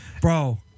bro